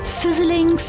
sizzling